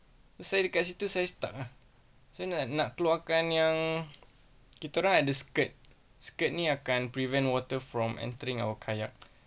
saya dekat situ saya stuck ah saya nak nak keluarkan yang kita orang ada skirt skirt ini akan prevent water from entering our kayak